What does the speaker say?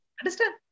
Understand